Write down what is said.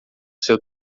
seu